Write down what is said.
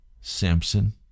Samson